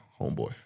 homeboy